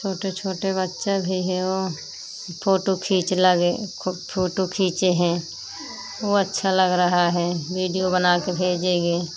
छोटे छोटे बच्चा भी है वे फोटू खींच लगे खो फोटो खींचे हैं वह अच्छा लग रहा है बीडियो बनाकर भेजेंगे